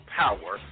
power